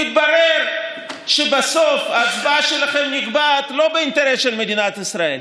התברר שבסוף ההצבעה שלכם נקבעת לא לפי האינטרס של מדינת ישראל,